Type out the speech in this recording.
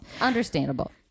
understandable